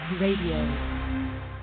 radio